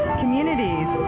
communities